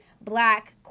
black